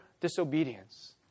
disobedience